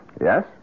Yes